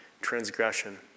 transgression